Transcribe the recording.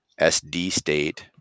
sdstate